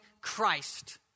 Christ